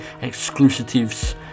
exclusives